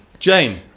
Jane